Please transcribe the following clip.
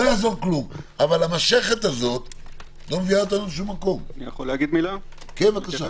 אבל זה לא מביא אותנו לדבר.